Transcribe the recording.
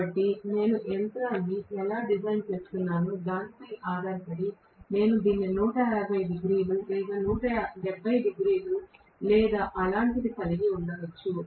కాబట్టి నేను యంత్రాన్ని ఎలా డిజైన్ చేస్తున్నానో దానిపై ఆధారపడి నేను దీన్ని 150 డిగ్రీలు లేదా 170 డిగ్రీలు లేదా అలాంటిదే కలిగి ఉండవచ్చు